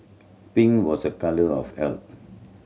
pink was a colour of health